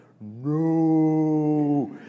no